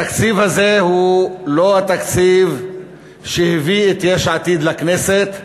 התקציב הזה הוא לא התקציב שהביא את יש עתיד לכנסת,